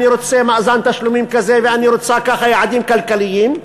אני רוצה מאזן תשלומים כזה ואני רוצה ככה יעדים כלכליים,